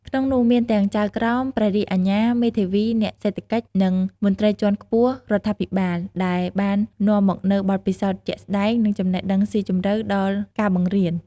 ក្នុងនោះមានទាំង ចៅក្រម ព្រះរាជអាជ្ញា មេធាវី អ្នកសេដ្ឋកិច្ច និងមន្ត្រីជាន់ខ្ពស់រដ្ឋាភិបាល ដែលបាននាំមកនូវបទពិសោធន៍ជាក់ស្តែង និងចំណេះដឹងស៊ីជម្រៅដល់ការបង្រៀន។